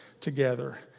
together